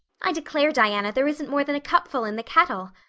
i declare, diana, there isn't more than a cupful in the kettle!